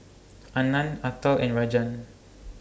Anand Atal and Rajan